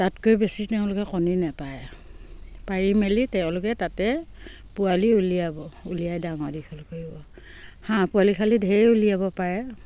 তাতকৈ বেছি তেওঁলোকে কণী নাপাৰে পাৰি মেলি তেওঁলোকে তাতে পোৱালি উলিয়াব উলিয়াই ডাঙৰ দীঘল কৰিব হাঁহ পোৱালি খালী ঢেৰ উলিয়াব পাৰে